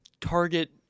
target